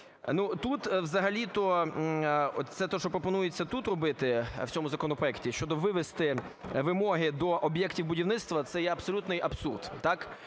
Тут взагалі-то от це, що пропонується тут робити, у цьому законопроекті, щодо вивести вимоги до об'єктів будівництва, це є абсолютний абсурд.